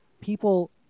People